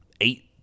eight